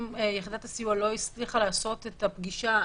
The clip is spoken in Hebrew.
אם יחידת הסיוע לא הצליחה לעשות את הפגישה,